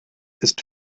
ist